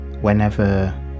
Whenever